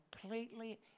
completely